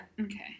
Okay